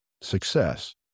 success